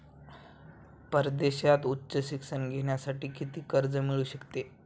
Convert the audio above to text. परदेशात उच्च शिक्षण घेण्यासाठी किती कर्ज मिळू शकते?